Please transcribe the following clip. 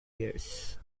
years